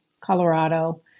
Colorado